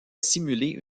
simuler